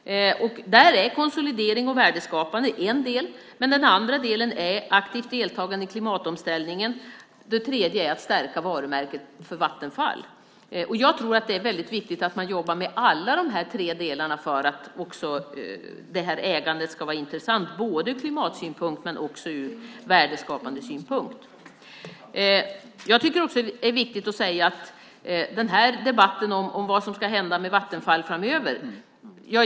Där är konsolidering och värdeskapande en del. Den andra delen är aktivt deltagande i klimatomställningen. Den tredje är att stärka varumärket för Vattenfall. Jag tror att det är väldigt viktigt att man jobbar med alla de här tre delarna för att ägandet ska vara intressant både ur klimatsynpunkt och ur värdeskapandesynpunkt. Vad kommer att hända med Vattenfall framöver?